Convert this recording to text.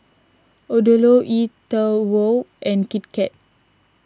Odlo E twow and Kit Kat